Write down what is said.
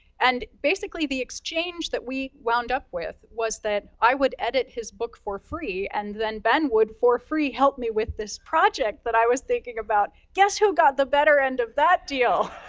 and basically, the exchange that we wound up with was that i would edit his book for free, and then ben would for free help me with this project that i was thinking about. guess how got the better end of that deal?